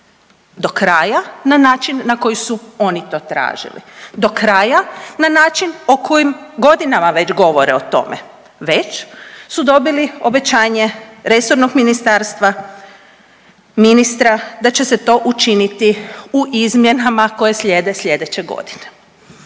do kraja na način na koji su oni to tražili. Do kraja na način o kojem godinama već govore o tome, već su dobili obećanje resornog ministarstva, ministra da će se to učiniti u izmjenama koje slijede slijedeće godine.